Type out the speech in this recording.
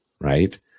Right